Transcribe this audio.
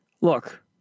look